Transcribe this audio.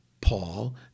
Paul